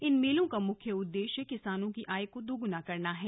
इन मेलों का मुख्य उद्देश्य किसानों की आय दोगुनी करना है